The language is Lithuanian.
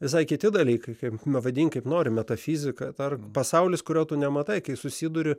visai kiti dalykai kaip na vadink kaip nori metafizika ar pasaulis kurio tu nematai kai susiduri